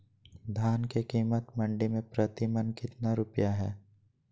धान के कीमत मंडी में प्रति मन कितना रुपया हाय?